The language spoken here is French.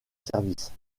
service